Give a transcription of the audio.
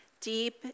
deep